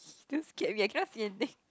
don't scare me I cannot see anything